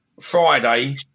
Friday